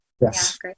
yes